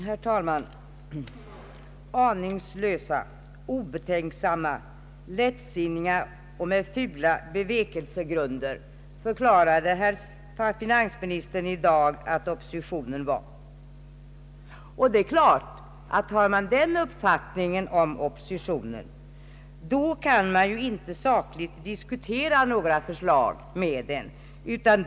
Herr talman! Aningslösa, obetänksamma, lättsinniga och med fula bevekelsegrunder — det var herr Strängs omdöme i dag om oppositionens företrädare. Har man den uppfattningen om oppositionen, kan man naturligtvis inte sakligt diskutera några förslag med den.